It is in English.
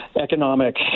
economic